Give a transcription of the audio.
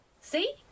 See